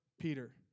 Peter